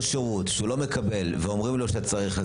שירות שהוא לא מקבל ואומרים לו שצריך,